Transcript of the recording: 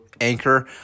Anchor